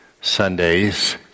Sundays